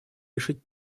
решить